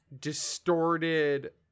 distorted